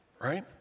right